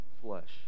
flesh